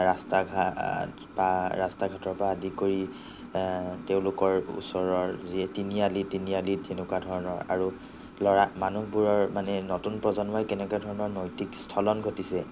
ৰাস্তা ঘাট বা ৰাস্তা ঘাটৰ পৰা আদি কৰি তেওঁলোকৰ ওচৰৰ যি তিনিআলি তিনিআলি তেনেকুৱা ধৰণৰ আৰু ল'ৰাক মানুহবোৰৰ মানে নতুন প্ৰজন্মই কেনেকুৱা ধৰণৰ নৈতিক স্খলন ঘটিছে